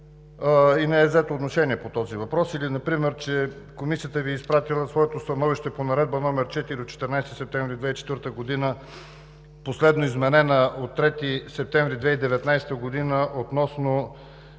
и не е взето отношение по този въпрос; или например, че Комисията Ви е изпратила своето становище по Наредба № 4 от 14 септември 2004 г., последно изменена от 3 септември 2019 г., относно